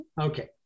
Okay